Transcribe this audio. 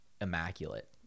immaculate